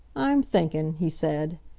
i'm thinkin', he said.